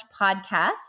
podcast